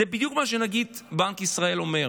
זה בדיוק מה שנגיד בנק ישראל אומר: